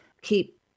keep